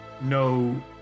no